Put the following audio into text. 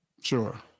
Sure